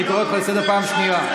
אני קורא אותך לסדר פעם ראשונה.